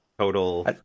Total